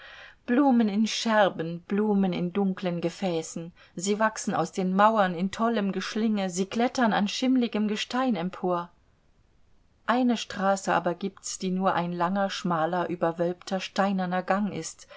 blumen in scherben blumen in dunklen gefäßen sie wachsen aus den mauern in tollem geschlinge sie klettern an schimmligem gestein empor eine straße aber gibt's die nur ein langer schmaler überwölbter steinerner gang ist